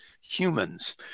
humans